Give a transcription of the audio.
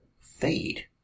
fade